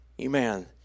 amen